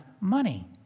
money